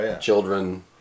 children